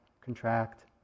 contract